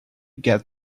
get